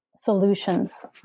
solutions